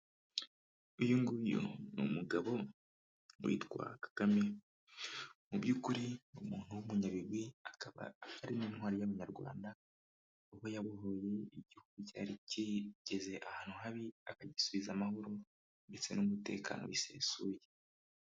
Uyunguyu ni umugabo witwa Kagame, mu by'ukuri ni umuntu w'umunyabigwi akaba ari intwari y'abanyarwanda, uba yabohoye igihugu cyari kigeze ahantu habi akagisubiza amahoro ndetse n'umutekano bisesuye.